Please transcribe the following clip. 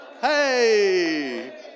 Hey